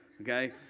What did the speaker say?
Okay